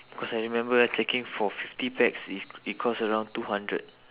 cause I remember checking for fifty pax its it cost around two hundred